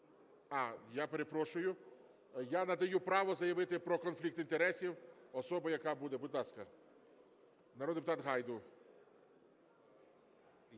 А, я перепрошую, я надаю право заявити про конфлікт інтересів особі, яка буде… Будь ласка, народний депутат Гайду.